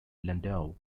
landau